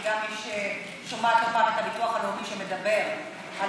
גם כמי ששומעת לא פעם את הביטוח הלאומי שמדבר על